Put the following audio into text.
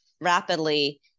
rapidly